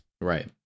Right